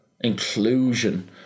inclusion